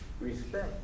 respect